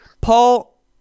paul